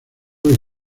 del